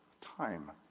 time